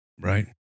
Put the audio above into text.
Right